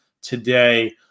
today